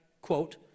quote